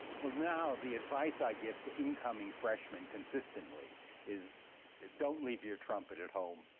well, now, the advice i give to incoming freshmen consistently is don't leave your trumpet at home.